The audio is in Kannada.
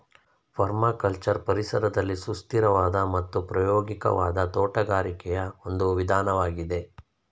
ಪರ್ಮಕಲ್ಚರ್ ಪರಿಸರದಲ್ಲಿ ಸುಸ್ಥಿರವಾದ ಮತ್ತು ಪ್ರಾಯೋಗಿಕವಾದ ತೋಟಗಾರಿಕೆಯ ಒಂದು ವಿಧಾನವಾಗಿದೆ